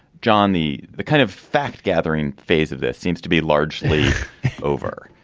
john, the the kind of fact gathering phase of this seems to be largely over.